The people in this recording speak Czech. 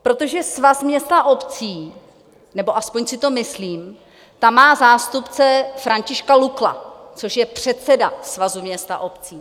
Protože Svaz měst a obcí, nebo aspoň si to myslím, tam má zástupce Františka Lukla, což je předseda Svazu měst a obcí.